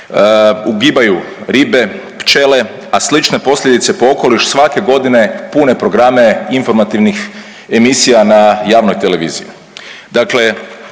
ugibaju ribe, pčele, a slične posljedice po okoliš svake godine pune programe informativnih emisija na javnoj televiziji.